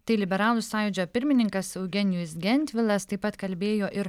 tai liberalų sąjūdžio pirmininkas eugenijus gentvilas taip pat kalbėjo ir